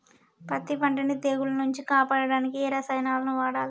పత్తి పంటని తెగుల నుంచి కాపాడడానికి ఏ రసాయనాలను వాడాలి?